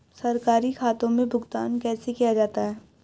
सरकारी खातों में भुगतान कैसे किया जाता है?